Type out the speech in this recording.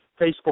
facebook